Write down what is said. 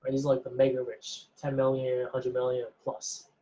and it's like the mega-rich, ten million, a hundred million plus,